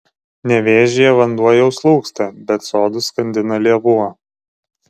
nevėžyje vanduo jau slūgsta bet sodus skandina lėvuo